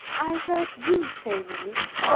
i heard you say once,